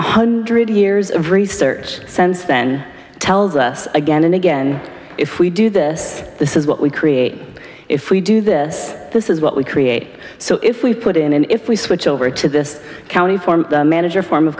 one hundred years of research sense then tells us again and again if we do this this is what we create if we do this this is what we create so if we put in and if we switch over to this county farm manager form of